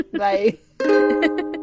bye